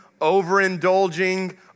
overindulging